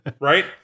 Right